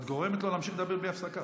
את גורמת לו להמשיך לדבר בלי הפסקה.